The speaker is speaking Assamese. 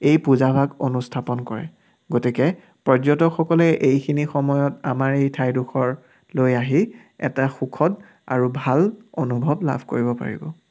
এই পূজাভাগ অনুস্থাপন কৰে গতিকে পৰ্যটকসকলে এইখিনি সময়ত আমাৰ এই ঠাইডখৰলৈ আহি এটা সুখত আৰু ভাল অনুভৱ লাভ কৰিব পাৰিব